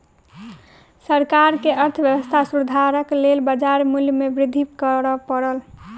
सरकार के अर्थव्यवस्था सुधारक लेल बाजार मूल्य में वृद्धि कर पड़ल